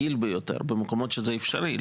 הכלי היעיל ביותר במקומות שבהם זה אפשרי.